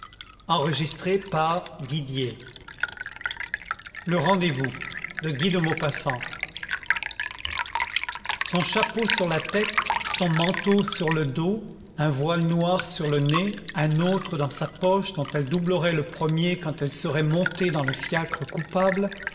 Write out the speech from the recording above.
le rendez-vous le rendez-vous son chapeau sur la tête son manteau sur le dos un voile noir sur le nez un autre dans sa poche dont elle doublerait le premier quand elle serait montée dans le fiacre coupable